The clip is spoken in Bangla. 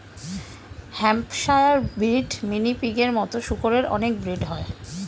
হ্যাম্পশায়ার ব্রিড, মিনি পিগের মতো শুকরের অনেক ব্রিড হয়